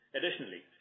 Additionally